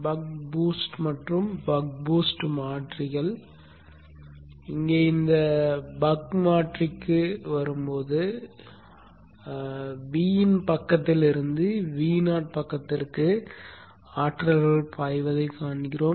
buck boost மற்றும் buck boost மாற்றிகள் இங்கே இந்த பக் மாற்றிக்கு வரும்போது Vin பக்கத்திலிருந்து Vo பக்கத்திற்கு ஆற்றல்கள் பாய்வதைக் காண்கிறோம்